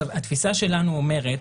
התפיסה שלנו אומרת,